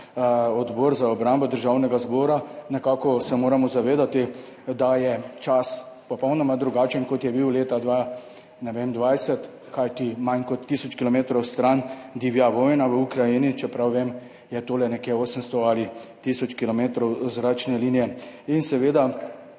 Odbora za obrambo Državnega zbora. Nekako se moramo zavedati, da je čas popolnoma drugačen, kot je bil leta 2020, kajti manj kot tisoč kilometrov stran divja vojna v Ukrajini, čeprav vem, da je tole nekje 800 ali tisoč kilometrov zračne linije. Seveda,